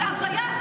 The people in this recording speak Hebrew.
זאת הזיה.